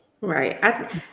Right